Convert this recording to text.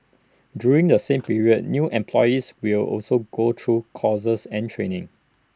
during the same period new employees will also go through courses and training